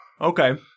Okay